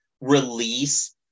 release